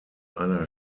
einer